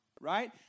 right